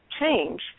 change